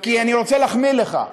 כי אני רוצה להחמיא לך.